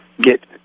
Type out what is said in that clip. get